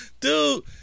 Dude